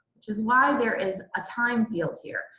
which is why there is a time field here.